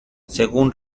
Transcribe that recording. según